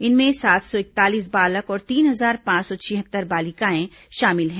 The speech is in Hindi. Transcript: इनमें सात सौ इकतालीस बालक और तीन हजार पांच सौ छिहत्तर बालिकाएं शामिल हैं